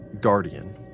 guardian